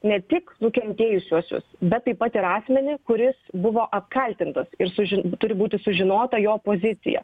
ne tik nukentėjusiuosius bet taip pat ir asmenį kuris buvo apkaltintas ir sužin turi būti sužinota jo pozicija